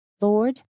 Lord